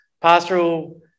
pastoral